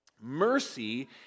Mercy